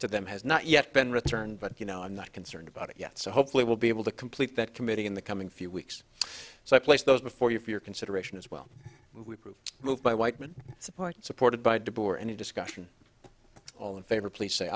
to them has not yet been returned but you know i'm not concerned about it yet so hopefully will be able to complete that committee in the coming few weeks so i place those before you for your consideration as well we prove moved by whiteman support supported by de boer any discussion all in favor please say